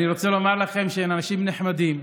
אני רוצה לומר לכם שהם אנשים נחמדים.